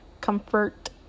Comfort